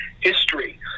history